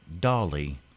Dolly